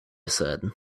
said